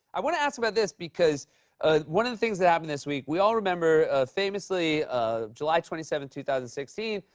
i want to ask about this, because one of the things that happened this week we all remember famously ah july twenty seven, two thousand and sixteen,